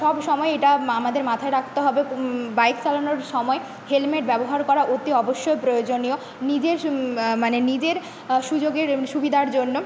সব সময় এটা আমাদের মাথায় রাখতে হবে বাইক চালানোর সময় হেলমেট ব্যবহার করা অতি অবশ্যই প্রয়োজনীয় নিজের মানে নিজের সুযোগের সুবিধার জন্য